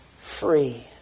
free